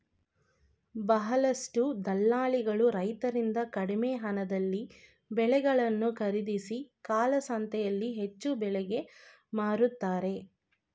ಬಹಳಷ್ಟು ದಲ್ಲಾಳಿಗಳು ರೈತರಿಂದ ಕಡಿಮೆ ಹಣದಲ್ಲಿ ಬೆಳೆಗಳನ್ನು ಖರೀದಿಸಿ ಕಾಳಸಂತೆಯಲ್ಲಿ ಹೆಚ್ಚು ಬೆಲೆಗೆ ಮಾರುತ್ತಾರೆ